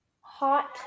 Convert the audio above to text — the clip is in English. Hot